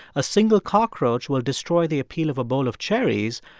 a single cockroach will destroy the appeal of a bowl of cherries.